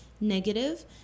negative